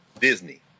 Disney